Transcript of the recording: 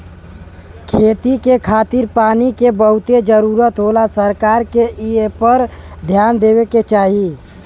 खेती के खातिर पानी के बहुते जरूरत होला सरकार के एपर ध्यान देवे के चाही